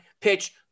pitch